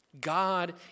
God